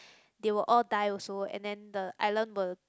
they will all die also and then the island will